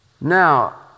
Now